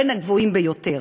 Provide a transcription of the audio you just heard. בין הגבוהים ביותר.